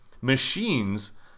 machines